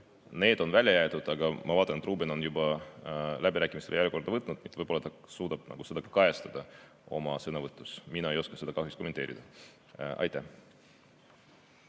need on välja jäetud. Aga ma vaatan, et Ruuben on juba läbirääkimiste järjekorda võtnud, võib-olla ta suudab seda kajastada oma sõnavõtus. Mina ei oska seda kahjuks kommenteerida. Aitäh,